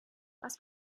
was